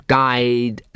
died